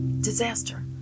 disaster